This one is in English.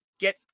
get